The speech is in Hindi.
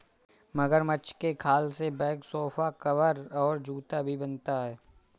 मगरमच्छ के खाल से बैग सोफा कवर और जूता भी बनता है